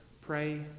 Pray